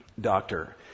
doctor